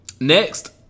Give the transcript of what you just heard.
Next